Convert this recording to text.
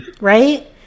right